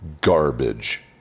garbage